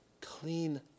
clean